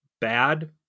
bad